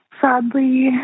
Sadly